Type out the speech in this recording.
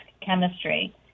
chemistry